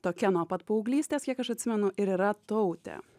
tokia nuo pat paauglystės kiek aš atsimenu ir yra tautė